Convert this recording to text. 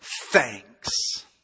thanks